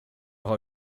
har